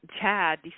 Chad